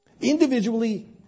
Individually